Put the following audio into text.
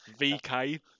VK